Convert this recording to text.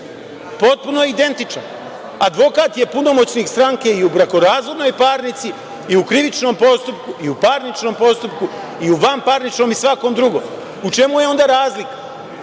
potpuno je identičan. Advokat je punomoćnik stranke i u brakorazvodnoj parnici i u krivičnom postupku, i u parničnom postupku i u vanparničnom i svakom drugom. U čemu je onda razlika?